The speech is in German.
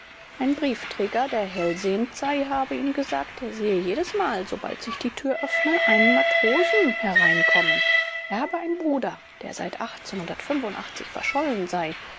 ein briefträger der hellsehend sei habe ihm gesagt er sehe jedesmal sobald sich die tür öffne einen matrosen trosen hereinkommen er habe einen bruder der seit verschollen sei